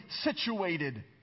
situated